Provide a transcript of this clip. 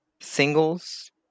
singles